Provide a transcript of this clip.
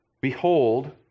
Behold